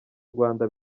rwanda